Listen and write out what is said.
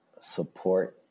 Support